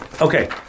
okay